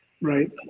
Right